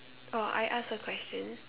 or I ask a question